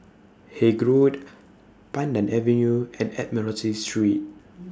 Haig Road Pandan Avenue and Admiralty Street